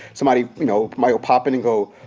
somebody, you know, might pop in and go,